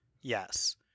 Yes